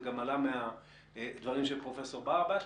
זה גם עלה מהדברים של פרופ' ברבש,